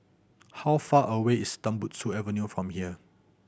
how far away is Tembusu Avenue from here